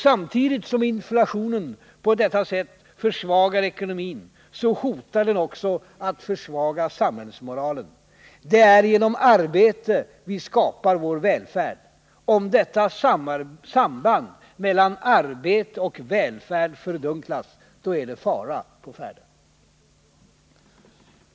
Samtidigt som inflationen på detta sätt försvagar ekonomin, så hotar den också att försvaga samhällsmoralen. Det är genom arbete vi skapar vår välfärd. Om detta samband mellan arbete och välfärd fördunklas är det fara å färde.